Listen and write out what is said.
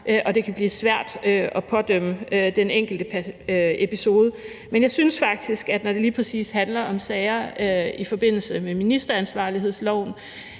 og det kan blive svært at pådømme den enkelte episode. Men jeg synes faktisk, at når det handler om lige præcis sager i forbindelse med ministeransvarlighedsloven,